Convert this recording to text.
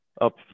up